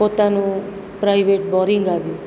પોતાનું private boring આવ્યું